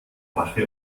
rache